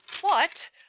What